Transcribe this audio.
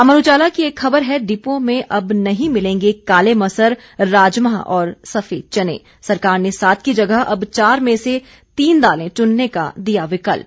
अमर उजाला की एक खबर है डिपुओं में अब नहीं मिलेंगे काले मसर राजमाह और सफेद चने सरकार ने सात की जगह अब चार में से तीन दालें चुनने का दिया विकल्प